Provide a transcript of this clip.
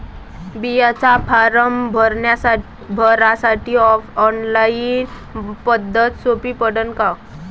बिम्याचा फारम भरासाठी ऑनलाईन पद्धत सोपी पडन का?